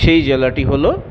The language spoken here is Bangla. সেই জেলাটি হল